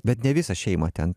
bet ne visą šeimą ten